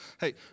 Hey